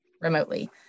remotely